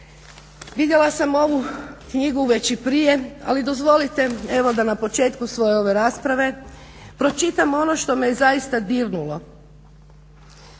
Vidjela sam ovu knjigu već i prije, ali dozvolite evo da na početku svoje ove rasprave pročitam ono što me zaista dirnulo.